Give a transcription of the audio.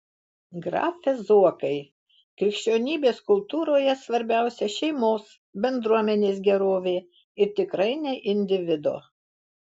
grafe zuokai krikščionybės kultūroje svarbiausia šeimos bendruomenės gerovė ir tikrai ne individo